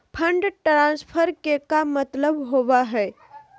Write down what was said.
Fund transfer के का मतलब होव हई?